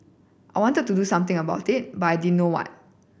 I wanted to do something about it but I didn't know what